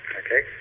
okay